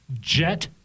Jet